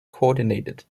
coordinated